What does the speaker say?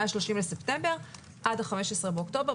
מה-30 בספטמבר עד ה-15 באוקטובר,